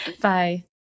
bye